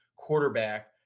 Quarterback